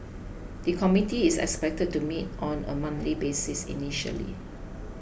the committee is expected to meet on a monthly basis initially